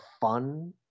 fun